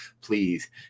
please